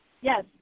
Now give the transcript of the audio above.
Yes